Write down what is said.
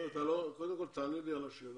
קודם כל תענה לי על השאלה.